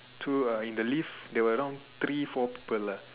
to a in the lift there were around three four people lah